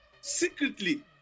secretly